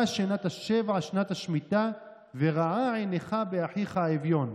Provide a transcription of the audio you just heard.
שנת השבע שנת השמטה ורעה עינך באחיך האביון,